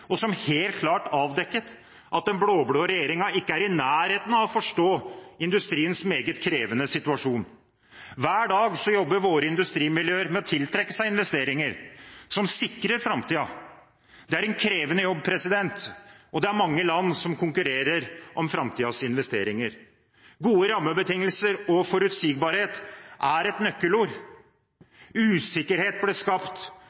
og som helt klart avdekket at den blå-blå regjeringen ikke er i nærheten av å forstå industriens meget krevende situasjon. Hver dag jobber våre industrimiljøer med å tiltrekke seg investeringer som sikrer framtiden. Det er en krevende jobb, og det er mange land som konkurrerer om framtidens investeringer. Gode rammebetingelser og forutsigbarhet er et nøkkelord. Usikkerhet ble skapt,